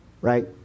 right